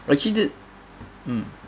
actually d~ mm